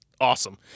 Awesome